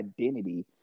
identity